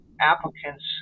applicants